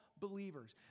believers